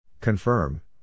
Confirm